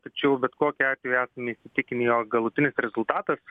tačiau bet kokiu atveju esame įsitikinę jog galutinis rezultatas